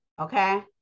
okay